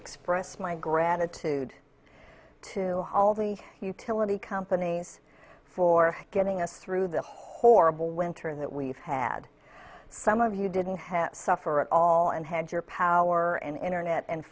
express my gratitude to all the utility companies for getting us through the horrible winter that we've had some of you didn't have suffer at all and had your power and internet and